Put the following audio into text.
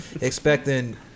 expecting